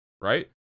right